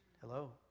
Hello